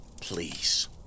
please